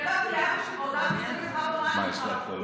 כתבתי לאבא שלי, הזדעזעתי.